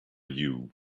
you